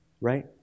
Right